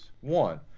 One